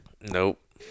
Nope